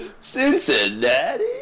Cincinnati